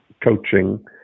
coaching